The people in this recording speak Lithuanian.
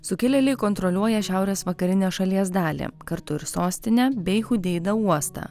sukilėliai kontroliuoja šiaurės vakarinę šalies dalį kartu ir sostinę bei hudeida uostą